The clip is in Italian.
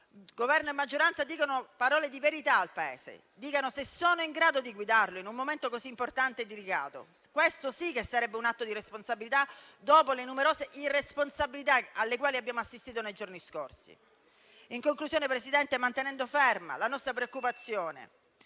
Governo e maggioranza dicano parole di verità al Paese; dicano se sono in grado di guidarlo in un momento così importante e delicato. Questo sì che sarebbe un atto di responsabilità dopo le numerose irresponsabilità alle quali abbiamo assistito nei giorni scorsi. In conclusione, Presidente, mantenendo ferma la propria preoccupazione,